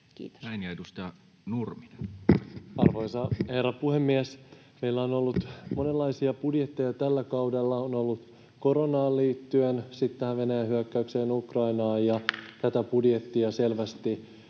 Time: 15:48 Content: Arvoisa herra puhemies! Meillä on ollut monenlaisia budjetteja tällä kaudella: on ollut koronaan liittyen, sitten Venäjän hyökkäykseen Ukrainaan, ja tätä budjettia selvästi